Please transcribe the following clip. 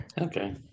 okay